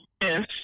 Yes